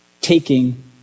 taking